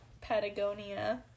Patagonia